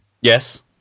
Yes